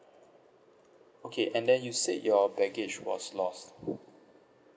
okay and then you said your baggage was lost